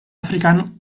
afrikan